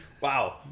Wow